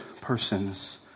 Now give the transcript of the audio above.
persons